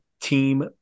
team